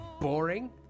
boring